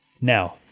Now